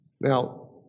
Now